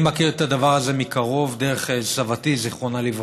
אני מכיר את הדבר הזה מקרוב דרך סבתי ז"ל.